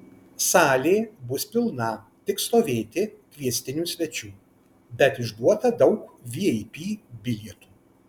salė bus pilna tik stovėti kviestinių svečių bet išduota daug vip bilietų